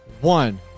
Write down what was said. one